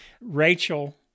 Rachel